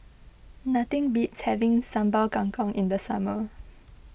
nothing beats having Sambal Kangkong in the summer